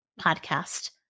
podcast